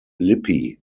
lippi